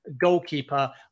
goalkeeper